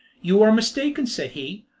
you are mistaken, said he,